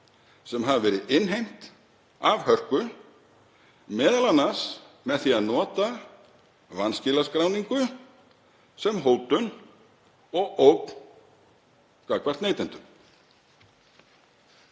sem hafa verið innheimt af hörku, m.a. með því að nota vanskilaskráningu sem hótun og ógn gagnvart neytendum.